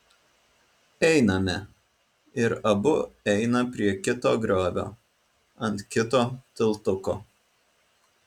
einame ir abu eina prie kito griovio ant kito tiltuko